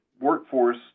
workforce